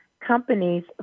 companies